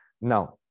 now